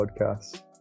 podcasts